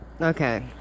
Okay